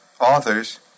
authors